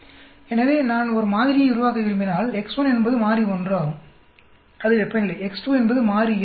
எனவே நான் ஒரு மாதிரியை உருவாக்க விரும்பினால் x1 என்பது மாறி 1 ஆகும் அது வெப்பநிலை x2 என்பது மாறி 2 pH ஆகும்